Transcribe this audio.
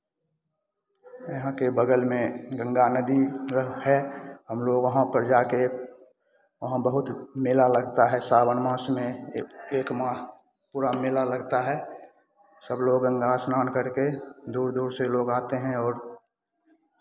यहाँ के बगल में गंगा नदी रह है हम लोग वहाँ पर जाकर वहाँ बहुत मेला लगता है सावन मास में एक एक माह पूरा मेला लगता है सब लोग गंगा स्नान करके दूर दूर से लोग आते हैं और